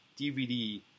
dvd